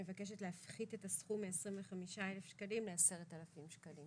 שמבקשת להפחית את הסכום מ-25,000 שקלים ל-10,000 שקלים.